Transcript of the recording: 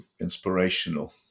inspirational